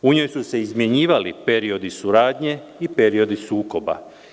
U njoj su se izmenjivali periodi suradnje i periodi sukoba.